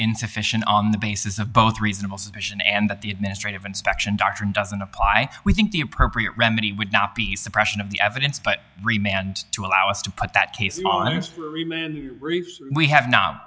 insufficient on the basis of both reasonable suspicion and that the administrative inspection doctrine doesn't apply we think the appropriate remedy would not be suppression of the evidence but remand to allow us to put that